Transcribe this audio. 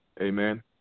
Amen